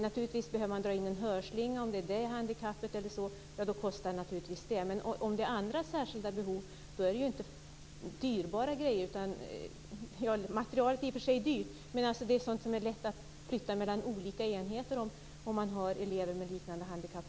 Naturligtvis kan det vara nödvändigt att dra in en hörslinga om det är fråga om ett sådant handikapp och naturligtvis kostar det. Men om det gäller andra särskilda behov är det inte fråga om några dyrbara grejer. Materialet är i och för sig dyrt men det kan lätt flyttas mellan olika enheter om det på olika ställen finns elever med liknande handikapp.